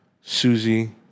Susie